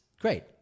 great